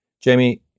Jamie